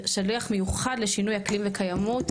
שליח מיוחד לשינוי אקלים וקיימות,